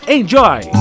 Enjoy